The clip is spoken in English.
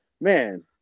man